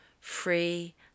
free